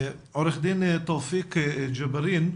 עורך דין תאופיק ג'אברין.